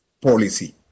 policy